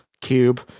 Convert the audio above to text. cube